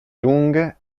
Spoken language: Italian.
lunghe